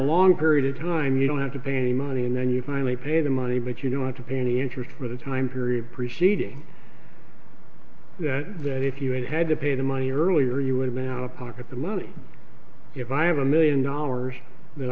long period of time you don't have to pay money and then you finally pay the money but you don't have to pay any interest for the time period preceding that if you had to pay the money early or you would have been out of pocket the money if i have a million dollars th